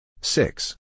six